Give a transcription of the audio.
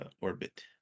orbit